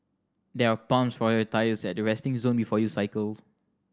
there are pumps for your tyres at the resting zone before you cycle